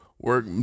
work